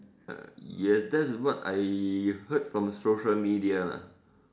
uh yes that is I heard from the social media lah